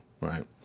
right